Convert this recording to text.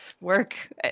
work